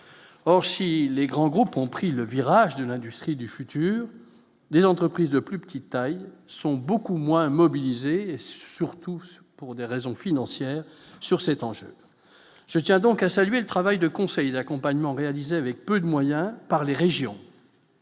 orchis, les grands groupes ont pris le virage de l'industrie du futur des entreprises de plus petite taille, sont beaucoup moins mobilisé et surtout pour des raisons financières sur cet enjeu, je tiens donc à saluer le travail de conseils et d'accompagnement, réalisé avec peu de moyens, par les régions